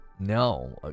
No